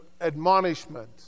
admonishment